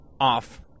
off